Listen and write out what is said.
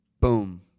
Boom